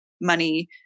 money